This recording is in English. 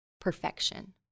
perfection